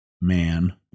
man